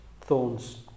Thorns